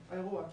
האירוע?